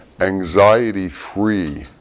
anxiety-free